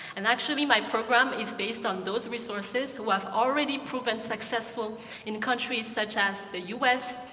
and actually, my program is based on those resources who have already proven successful in countries such as the us,